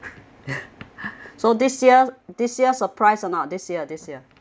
so this year this year surprise or not this year this year